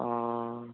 অ'